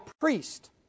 priest